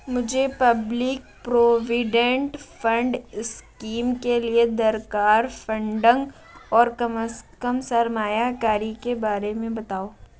مجھے public provident fund scheme کے لیے درکار فنڈنگ اور کم از کم سرمایہ کاری کے بارے میں بتاؤ